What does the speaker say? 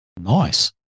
Nice